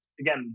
Again